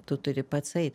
tu turi patsai